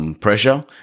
Pressure